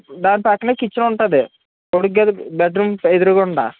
దాని పక్కనే కిచెన్ ఉంటుంది పొడుగ్గా బెడ్రూమ్ ఎదురుగుండా